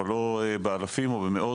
אבל לא באלפים או במאות,